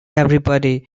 everybody